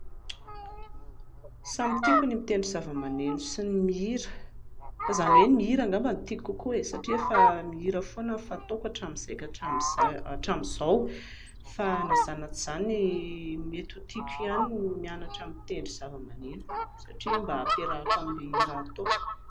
Samy tiako ny mitendry zava-maneno sy ny mihira, fa izany hoe ny mihira angamba no tiako kokoa e, satria efa mihira foana no fataoko hatramin'izay hatramin'izay hatramin'izao, fa na izany na tsy izany mety ho tiako ihany ny mitendry zava-maneno satria mb ahampiarahako amin'ilay hira hataoko